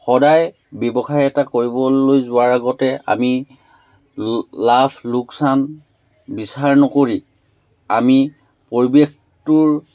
সদায় ব্যৱসায় এটা কৰিবলৈ যোৱাৰ আগতে আমি ল লাভ লোকচান বিচাৰ নকৰি আমি পৰিৱেশটোৰ